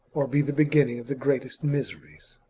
or be the beginning of the greatest miseries!